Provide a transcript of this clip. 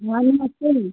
हाँ नमस्ते जी